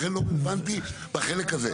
לכן זה לא רלוונטי בחלק הזה,